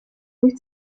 wyt